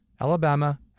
Alabama